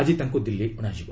ଆଜି ତାଙ୍କ ଦିଲ୍ଲୀ ଅଣାଯିବ